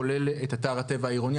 כולל את אתר הטבע העירוני.